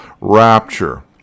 rapture